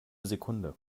sekunde